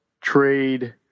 trade